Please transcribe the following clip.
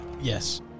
Yes